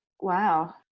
Wow